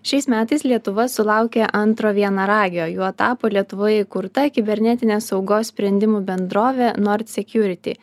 šiais metais lietuva sulaukė antro vienaragio juo tapo lietuvoje įkurta kibernetinės saugos sprendimų bendrovė nord security